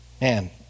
Man